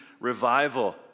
revival